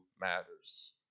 matters